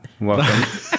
welcome